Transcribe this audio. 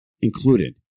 included